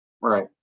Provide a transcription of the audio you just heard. Right